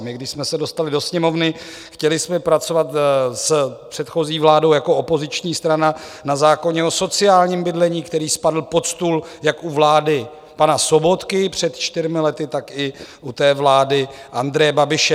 Když jsme se dostali do Sněmovny, chtěli jsme pracovat s předchozí vládou jako opoziční strana na zákoně o sociálním bydlení, který spadl pod stůl jak u vlády pana Sobotky před čtyřmi lety, tak i u vlády Andreje Babiše.